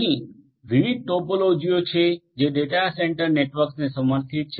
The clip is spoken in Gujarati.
અહીં વિવિધ ટોપોલોજીઓ છે જે ડેટા સેન્ટર નેટવર્કને સમર્થિત છે